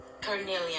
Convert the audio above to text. Carnelian